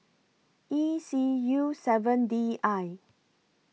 E C U seven D I